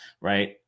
right